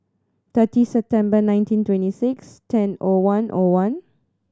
thirty September nineteen twenty six ten O one O one